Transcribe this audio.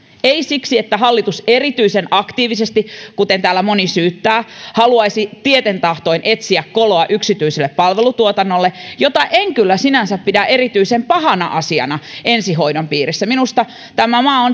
ei siksi että hallitus erityisen aktiivisesti kuten täällä moni syyttää haluaisi tieten tahtoen etsiä koloa yksityiselle palvelutuotannolle jota en kyllä sinänsä pidä erityisen pahana asiana ensihoidon piirissä minusta tämä maa on